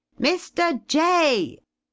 mr. jay.